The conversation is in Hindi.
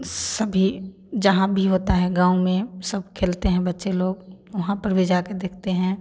सभी जहाँ भी होता है गाँव में सब खेलते हैं बच्चे लोग वहाँ पर भी जाके देखते हैं